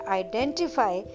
identify